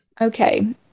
okay